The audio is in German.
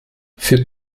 für